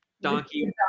Donkey